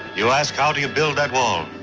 you ask, how do you build that wall?